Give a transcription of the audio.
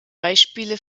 beispiele